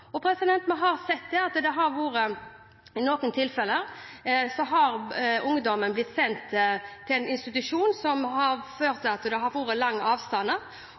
Vi har sett at i noen tilfeller har ungdommen blitt sendt til en institusjon der dette har